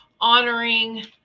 honoring